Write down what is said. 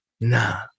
nah